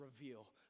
reveal